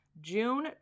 June